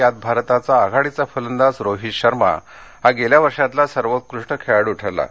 यात भारताचा आघाडीचा फलंदाज रोहित शर्मा हा गेल्या वर्षातला सर्वोत्कृष्ट खेळाडू ठरला आहे